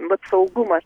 vat saugumas